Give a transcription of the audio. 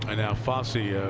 and now fassi, yeah